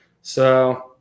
So-